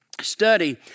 study